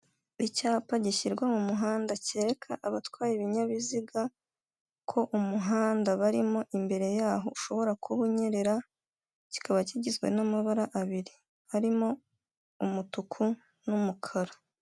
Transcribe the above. Uru ni urubuga rukorera kuri murandasi ndetse n'ikoranabuhanga rwa emutiyeni, aho ushobora kohereza, kwishyura, kwakira amafaranga m'uburyo bworoshye kuri terefone yawe bitagusabye kuva aho uri.